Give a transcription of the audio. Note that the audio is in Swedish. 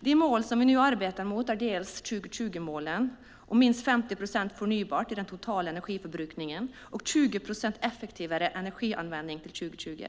De mål som vi arbetar mot är dels 2020-målen om minst 50 procent förnybart i den totala energiförbrukningen, dels 20 procent effektivare energianvändning till 2020.